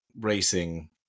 racing